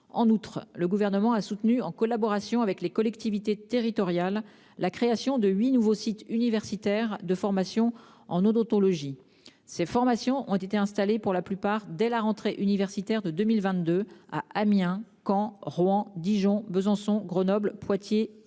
En outre, le Gouvernement a soutenu, en collaboration avec les collectivités territoriales, la création de huit nouveaux sites universitaires de formation en odontologie. Ces formations ont été installées pour la plupart dès la rentrée universitaire de 2022, à Amiens, Caen, Rouen, Dijon, Besançon, Grenoble, Poitiers et Tours.